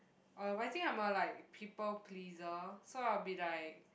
uh I think I'm a like people pleaser so I'll be like